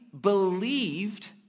believed